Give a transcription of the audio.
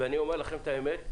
ואני אומר לכם את האמת,